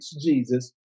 Jesus